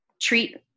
treat